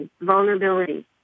vulnerability